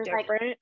different